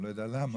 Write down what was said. אני לא יודע למה,